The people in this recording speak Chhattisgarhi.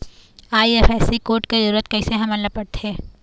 आई.एफ.एस.सी कोड के जरूरत कैसे हमन ला पड़थे?